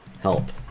help